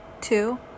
Two